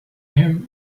him